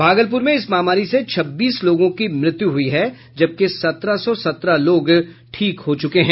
भागलपुर में इस महामारी से छब्बीस लोगों की मृत्यु हुई है जबकि सत्रह सौ सत्रह लोग ठीक हो चुके हैं